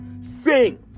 sing